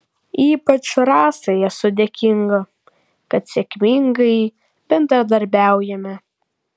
ypač rasai esu dėkinga kad sėkmingai bendradarbiaujame